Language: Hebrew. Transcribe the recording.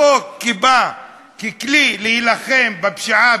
החוק בא ככלי להילחם בפשיעה,